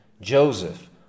Joseph